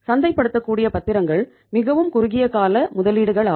சந்தை படுத்தக்கூடிய பத்திரங்கள் மிகவும் குறுகிய கால முதலீடுகள் ஆகும்